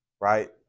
right